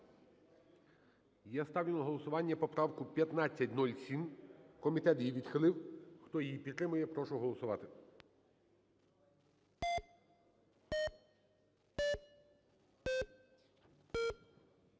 Ставлю на голосування поправку 1515. Комітет її відхилив. Хто її підтримує, прошу голосувати.